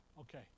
Okay